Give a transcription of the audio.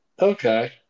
okay